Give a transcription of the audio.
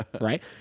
Right